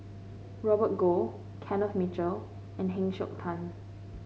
Robert Goh Kenneth Mitchell and Heng Siok Tian